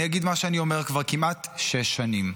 אני אגיד מה שאני אומר כבר כמעט שש שנים,